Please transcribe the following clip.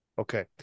Okay